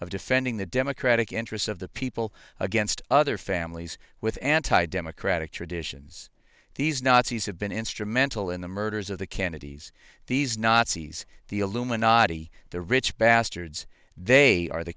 of defending the democratic interests of the people against other families with anti democratic traditions these nazis have been instrumental in the murders of the kennedys these nazis the illuminati the rich bastards they are the